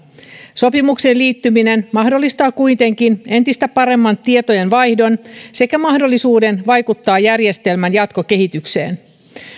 sopimukseen liittyminen mahdollistaa kuitenkin entistä paremman tietojenvaihdon sekä mahdollisuuden vaikuttaa järjestelmän jatkokehitykseen